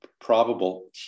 probable